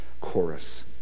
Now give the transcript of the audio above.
chorus